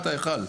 אמרנו,